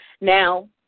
now